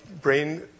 brain